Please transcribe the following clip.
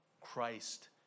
Christ